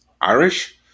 Irish